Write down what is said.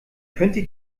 könnte